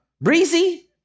breezy